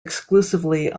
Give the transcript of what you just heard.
exclusively